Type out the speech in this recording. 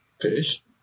fish